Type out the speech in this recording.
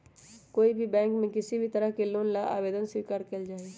कोई भी बैंक में किसी भी तरह के लोन ला आवेदन स्वीकार्य कइल जाहई